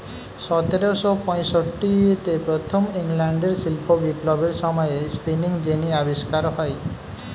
সতেরোশো পঁয়ষট্টিতে প্রথম ইংল্যান্ডের শিল্প বিপ্লবের সময়ে স্পিনিং জেনি আবিষ্কার হয়